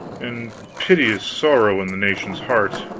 and piteous sorrow in the nation's heart.